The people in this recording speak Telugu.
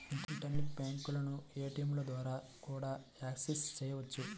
ఇంటర్నెట్ బ్యాంకులను ఏటీయంల ద్వారా కూడా యాక్సెస్ చెయ్యొచ్చు